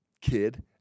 kid